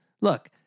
Look